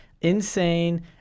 insane